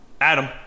Adam